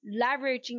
leveraging